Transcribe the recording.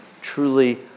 truly